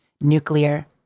Nuclear